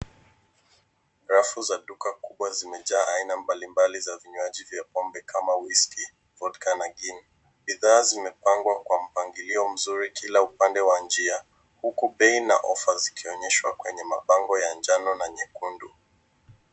Rafu za duka kubwa zimejaa aina mbalimbali za vinywaji vya pombe kama whiskey, vodka na gin . Bidhaa zimepanga kwa mpangilio mzuri kila upande wa njia, huku bei na ofa zikionyeshwa kwenye mabango ya njano na nyekundu.